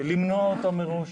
למנוע אותה מראש,